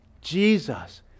Jesus